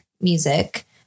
music